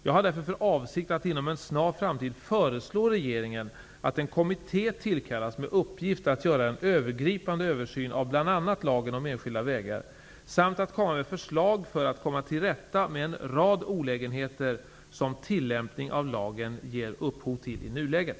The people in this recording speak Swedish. Jag har därför för avsikt att inom en snar framtid föreslå regeringen att en kommitté tillkallas med uppgift att göra en övergripande översyn av bl.a. lagen om enskilda vägar samt att komma med förslag för att komma till rätta med en rad olägenheter som tillämpningen av lagen ger upphov till i nuläget.